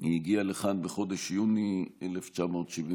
היא הגיעה לכאן בחודש יוני 1974,